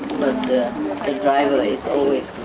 the the driver is always